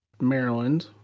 Maryland